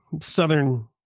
Southern